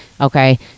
Okay